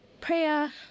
Prayer